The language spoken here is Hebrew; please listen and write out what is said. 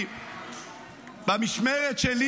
על המשטרה במשמרת שלי: